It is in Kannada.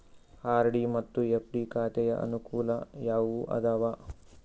ಆರ್.ಡಿ ಮತ್ತು ಎಫ್.ಡಿ ಖಾತೆಯ ಅನುಕೂಲ ಯಾವುವು ಅದಾವ?